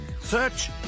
Search